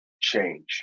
Change